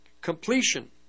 completion